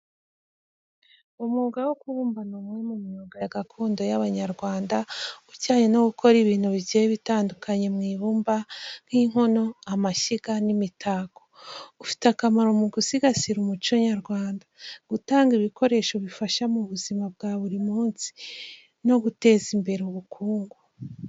Umwuga wo kubumba ni umwe mu myuga gakondo y’Abanyarwanda ujyanye no gukora ibintu bigiye bitandukanye mu ibumba, nk’inkono, amashyiga, n’imitako. Ufite akamaro mu gusigasira umuco nyarwanda, gutanga ibikoresho bifasha mu buzima bwa buri munsi, no guteza imbere ubukungu.